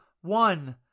one